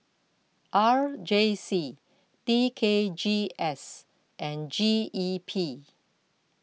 R J C T K G S and G E P